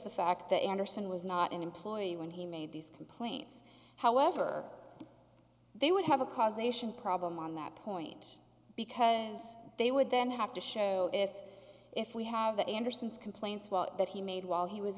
the fact that andersen was not an employee when he made these complaints however they would have a causation problem on that point because they would then have to show if if we have the anderson's complaints well that he made while he was